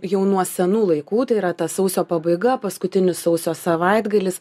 jau nuo senų laikų tai yra ta sausio pabaiga paskutinis sausio savaitgalis